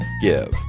give